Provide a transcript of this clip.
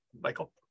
Michael